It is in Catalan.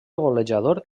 golejador